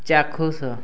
ଚାକ୍ଷୁଷ